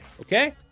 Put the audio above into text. Okay